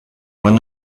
when